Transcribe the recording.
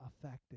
affected